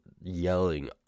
yelling